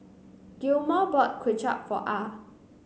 Gilmore bought Kway Chap for Ah